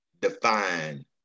define